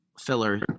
filler